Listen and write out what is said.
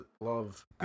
Love